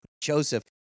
Joseph